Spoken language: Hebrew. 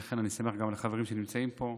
אני שמח גם על החברים שנמצאים פה.